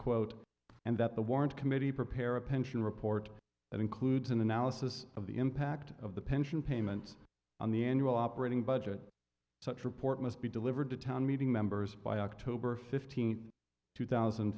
quote and that the warrant committee prepare a pension report that includes an analysis of the impact of the pension payments on the annual operating budget such report must be delivered to town meeting members by october fifteenth two thousand